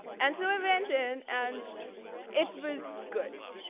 and so i went in, and it was good.